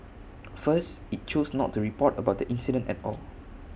first IT chose not to report about the incident at all